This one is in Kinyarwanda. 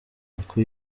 uku